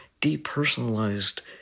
depersonalized